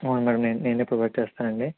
అవును మేడం నేను నేనే ప్రొవైడ్ చేస్తానండి